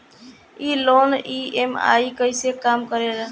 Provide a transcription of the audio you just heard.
ई loan EMI कईसे काम करेला?